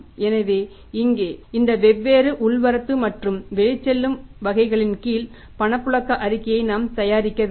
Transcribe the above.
எனவே இங்கே இந்த வெவ்வேறு உள் வரத்து மற்றும் வெளிச்செல்லும் வகைகளின் கீழ் பணப்புழக்க அறிக்கையை நாம் தயாரிக்க வேண்டும்